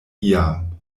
iam